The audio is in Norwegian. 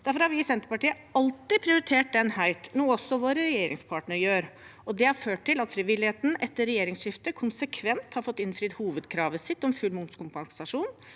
Derfor har vi i Senterpartiet alltid prioritert den høyt, noe også våre regjeringspartnere gjør. Det har ført til at frivilligheten etter regjeringsskiftet konsekvent har fått innfridd hovedkravet sitt om full momskompensasjon,